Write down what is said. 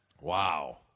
Wow